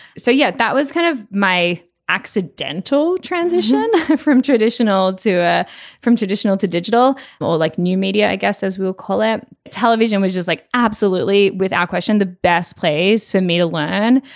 so yeah that was kind of my accidental transition from traditional to a from traditional to digital. well like new media i guess as we'll call it television was just like. absolutely without question the best place for me to learn.